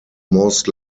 most